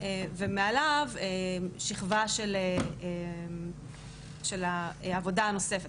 ומעליו שכבה של העבודה הנוספת,